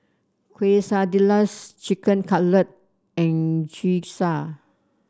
Quesadillas Chicken Cutlet and Gyoza